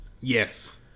Yes